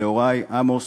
בן להורי עמוס,